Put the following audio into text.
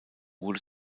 wurde